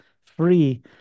free